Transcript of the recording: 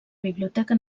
biblioteca